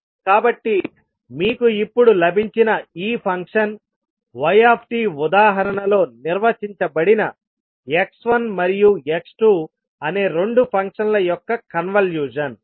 కాబట్టి మీకు ఇప్పుడు లభించిన ఈ ఫంక్షన్ yt ఉదాహరణలో నిర్వచించబడిన x1 మరియు x2 అనే రెండు ఫంక్షన్ల యొక్క కన్వల్యూషన్